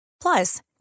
Plus